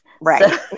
Right